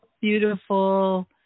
Beautiful